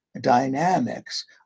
dynamics